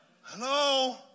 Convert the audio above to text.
Hello